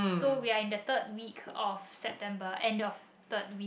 so we are in the third week of September end of third week